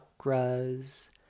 chakras